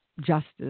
justice